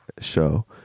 show